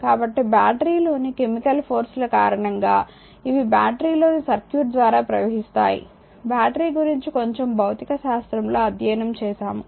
కాబట్టి బ్యాటరీలోని chemical force ల కారణంగా ఇవి బ్యాటరీలోని సర్క్యూట్ ద్వారా ప్రవహిస్తాయి బ్యాటరీ గురించి కొంచెం భౌతిక శాస్త్రం లో అధ్యయనం చేసాము